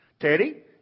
Teddy